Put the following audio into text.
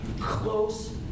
close